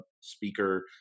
speaker